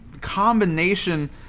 combination